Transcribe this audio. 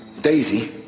Daisy